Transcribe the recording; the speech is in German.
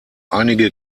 einige